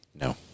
No